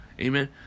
Amen